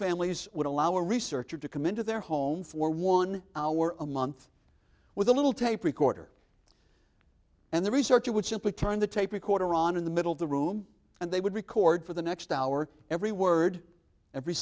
families would allow a researcher to come into their home for one hour a month with a little tape recorder and the researcher would simply turn the tape recorder on in the middle of the room and they would record for the next hour every word every